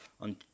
on